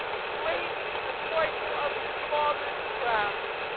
slain in requital of his father's craft.